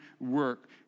work